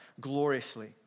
gloriously